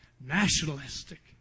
Nationalistic